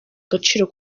agaciro